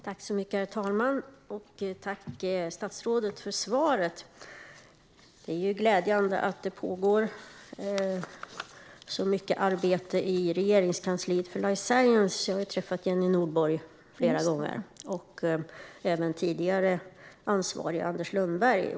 Herr talman! Tack, statsrådet, för svaret! Det är glädjande att det pågår så mycket arbete med life science i Regeringskansliet. Jag har flera gånger träffat Jenni Nordborg och även den tidigare ansvarige, Anders Lundberg.